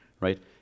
right